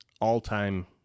all-time